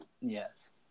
yes